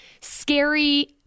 scary